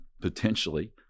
potentially